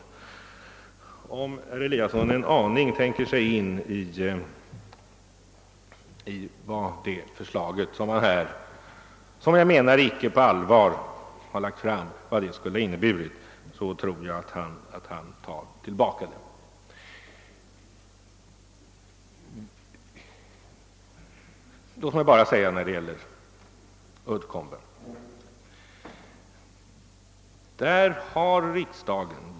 Om herr Eliasson tänker sig in i vad detta förslag skulle ha inneburit, tror jag att han tar det tillbaka. Han framkastade det förmodligen inte på fullt allvar. Låt mig i detta sammanhang få säga ytterligare några ord om Uddcomb.